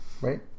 right